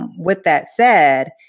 with that said,